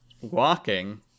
walking